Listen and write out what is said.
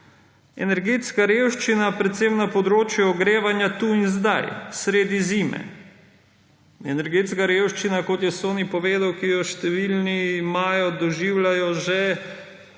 energetska revščina predvsem na področju ogrevanja tukaj in zdaj, sredi zime. Energetska revščina, kot je Soniboj povedal, ki jo številni imajo, doživljajo že